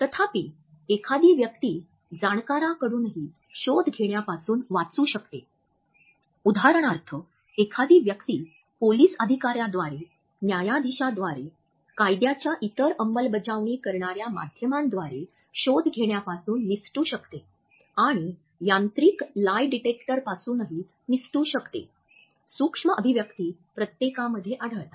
तथापि एखादी व्यक्ती जाणकाराकडूनही शोध घेण्यापासून वाचू शकते उदाहरणार्थ एखादी व्यक्ती पोलिस अधिकाऱ्याद्वारे न्यायाधीशांद्वारे कायद्याच्या इतर अंमलबजावणी करणार्या माध्यमांद्वारे शोध घेण्यापासून निसटू शकते आणि यांत्रिक लाय डिटेक्टरपासूनही निसटू शकते सूक्ष्म अभिव्यक्ती प्रत्येकामध्ये आढळतात